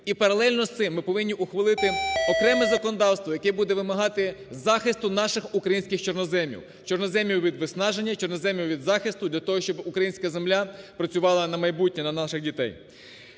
І паралельно з цим повинні ухвалити окреме законодавство, яке буде вимагати захисту наших українських чорноземів, чорноземів від виснаження, чорноземів від захисту для того, щоб українська земля працювала на майбутнє, на наших дітей.